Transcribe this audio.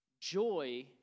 Joy